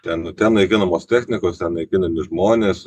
ten ten naikinamos technikos ten naikinami žmonės